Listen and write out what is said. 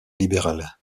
libéral